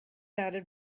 added